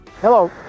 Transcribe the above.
Hello